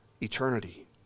eternity